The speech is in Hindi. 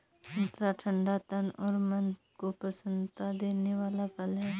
संतरा ठंडा तन और मन को प्रसन्नता देने वाला फल है